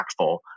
impactful